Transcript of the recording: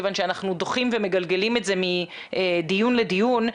כיוון שאנחנו דוחים ומגלגלים את זה מדיון לדיון.